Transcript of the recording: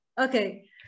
Okay